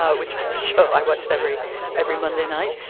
ah which was show i watched every every monday night.